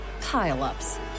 pile-ups